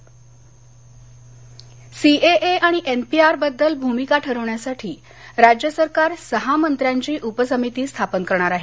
मंत्रिमंडळ सीएए आणि एनपीआरबद्दल भूमिका ठरवण्यासाठी राज्य सरकार सहा मंत्र्यांची उपसमिती स्थापन करणार आहे